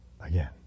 again